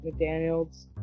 McDaniels